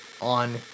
on